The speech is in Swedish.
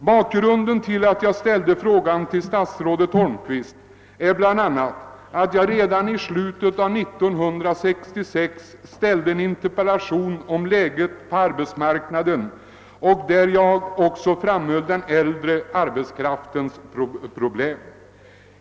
Bakgrunden till att jag riktat denna interpellation till statsrådet Holmqvist är bl.a. att jag redan i slutet av 1966 framställde en interpellation om läget på arbetsmarknaden, där jag också pekade på den äldre arbetskraftens problem.